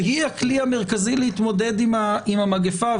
שהיא הכלי המרכזי להתמודד עם המגפה,